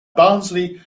barnsley